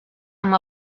amb